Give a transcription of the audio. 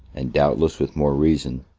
and doubtless with more reason,